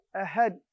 ahead